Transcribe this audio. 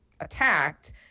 attacked